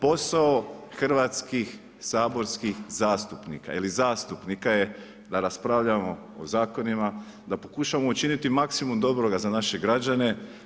Posao hrvatskih saborskih zastupnika ili zastupnika je da raspravljamo o zakonima, da pokušamo učiniti maksimum dobroga za naše građane.